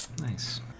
Nice